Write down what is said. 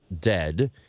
dead